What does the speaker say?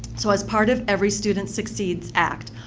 so, as part of every student succeeds act,